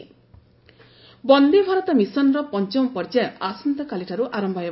Vande Bharat mission Vande Bharat ମିଶନର ପଞ୍ଚମ ପର୍ଯ୍ୟାୟ ଆସନ୍ତାକାଲିଠାରୁ ଆରମ୍ଭ ହେବ